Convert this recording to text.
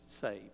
saved